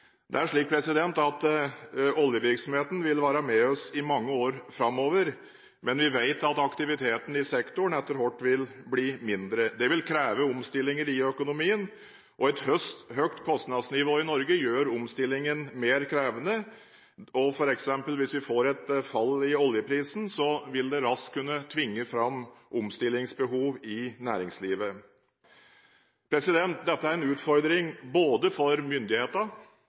Oljevirksomheten vil være med oss i mange år framover, men vi vet at aktiviteten i sektoren etter hvert vil bli mindre. Det vil kreve omstillinger i økonomien. Et høyt kostnadsnivå i Norge gjør omstillingen mer krevende. Hvis vi f.eks. får et fall i oljeprisen, vil det raskt kunne tvinge fram omstillingsbehov i næringslivet. Dette er en utfordring både for